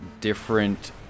different